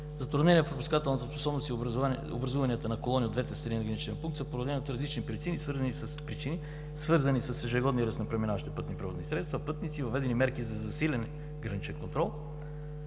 Затруднения в пропускателната способност и образуването на колони от двете страни на граничния пункт са породени от различни причини, свързани с ежегодния ръст на преминаващи пътни превозни средства, пътници, въведени мерки за засилен граничен контрол,